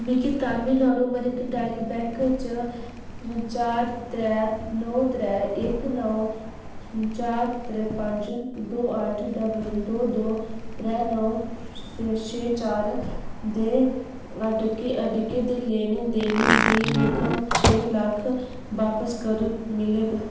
मिगी Tamil Nadu mercantile bank चा चार त्रै नौ त्रै एक नौ चार पंज दो अट्ठ दो दो त्रै नौ छे चार दे अड़के दे लैने देने दी रकम छे लक्ख बापस कदूं मिलग